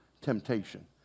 temptation